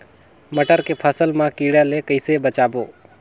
मटर के फसल मा कीड़ा ले कइसे बचाबो?